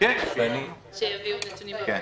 בבואו לצוות על מעצרו של אדם